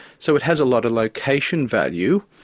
so it has a lot of location value,